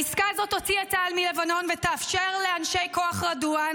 העסקה הזאת תוציא את צה"ל מלבנון ותאפשר לאנשי כוח רדואן